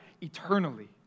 eternally